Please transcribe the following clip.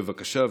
בבקשה,